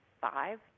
five